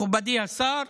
מכובדי השר,